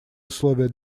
условие